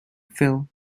phil